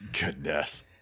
Goodness